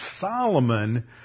Solomon